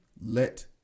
let